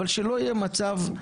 אבל שלא יהיה מצב,